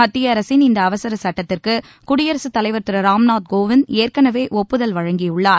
மத்திய அரசின் இந்த அவசரச் சட்டத்திற்கு குடியரசுத் தலைவர் திரு ராம் நாத் கோவிந்த ஏற்கெனவே ஒப்புதல் வழங்கியுள்ளார்